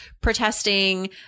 protesting